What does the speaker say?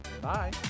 Bye